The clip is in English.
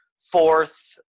Fourth